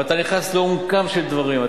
ואתה נכנס לעומקם של דברים,